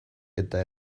eta